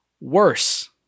worse